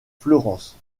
fleurance